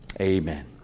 Amen